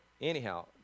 anyhow